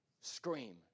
Scream